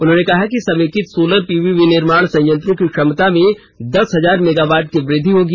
उन्होंने कहा कि समेकित सोलर पीवी विनिर्माण संयंत्रों की क्षमता में दस हजार मेगावाट की वृद्धि होगी